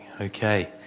Okay